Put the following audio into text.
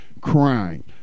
crime